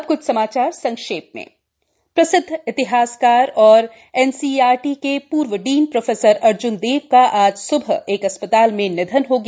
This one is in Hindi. अब कुछ समाचार संक्षेप में प्रसिद्ध इतिहासकार एवं एनसीआरटी के पूर्व डीन प्रोफेसर अर्जुन देव का आज सुबह यहाँ एक अस्पताल में निधन हो गया